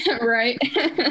Right